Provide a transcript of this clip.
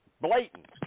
Blatant